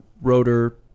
Rotor